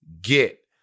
get